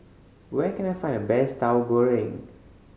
where can I find the best Tahu Goreng